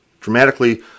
dramatically